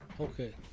Okay